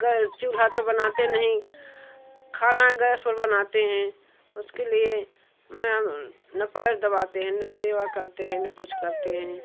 चूल्हा तो बनाते नहीं खाना गैस पर बनाते हैं उसके लिए ना पैर दबाते है ना सेवा करते है ना कुछ करते हैं